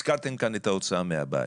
הזכרתם כאן את ההוצאה מהבית.